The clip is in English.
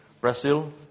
Brazil